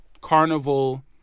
Carnival